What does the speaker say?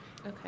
okay